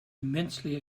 immensely